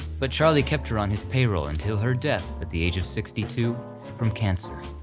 but charlie kept her on his payroll until her death at the age of sixty two from cancer.